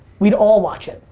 we'd all watch it,